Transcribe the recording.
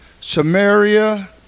Samaria